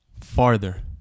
Farther